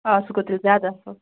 آ سُہ گوٚو تیٚلہِ زیادٕ اَصٕل